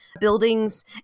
buildings